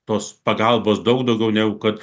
tos pagalbos daug daugiau negu kad